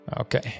Okay